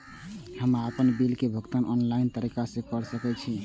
हम आपन बिल के भुगतान ऑनलाइन तरीका से कर सके छी?